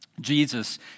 Jesus